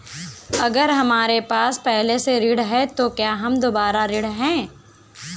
अगर हमारे पास पहले से ऋण है तो क्या हम दोबारा ऋण हैं?